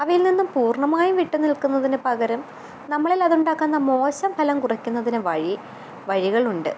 അവയിൽ നിന്നും പൂർണ്ണമായും വിട്ടുനിൽക്കുന്നതിന് പകരം നമ്മളിലതുണ്ടാക്കുന്ന മോശ ഫലം കുറക്കുന്നതിന് വഴികളുണ്ട്